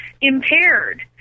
impaired